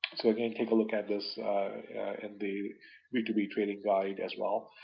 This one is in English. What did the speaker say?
so again, take a look at this in the b two b trading guide as well.